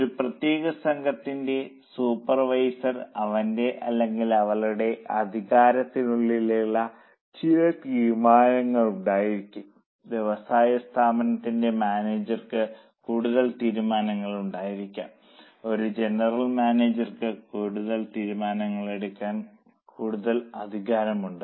ഒരു പ്രത്യേക സംഘത്തിന്റെ സൂപ്പർവൈസർക്ക് അവന്റെ അല്ലെങ്കിൽ അവളുടെ അധികാരത്തിനുള്ളിൽ ചില തീരുമാനങ്ങൾ ഉണ്ടായിരിക്കാം വ്യവസായ സ്ഥാപനത്തിന്റെ മാനേജർക്ക് കൂടുതൽ തീരുമാനങ്ങൾ ഉണ്ടായിരിക്കാം ഒരു ജനറൽ മാനേജർക്ക് കൂടുതൽ തീരുമാനങ്ങൾ എടുക്കാൻ കൂടുതൽ അധികാരമുണ്ട്